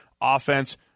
offense